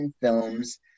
films